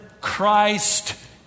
Christ